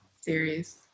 series